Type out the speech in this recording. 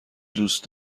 دوست